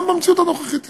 גם במציאות הנוכחית יש.